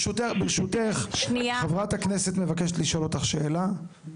ברשותך, חברת הכנסת מבקשת לשאול אותך שאלה.